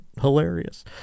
hilarious